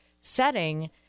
setting